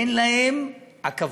שאין להם עכבות.